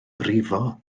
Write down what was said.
brifo